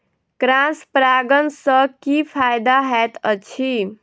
Cross परागण सँ की फायदा हएत अछि?